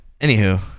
anywho